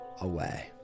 away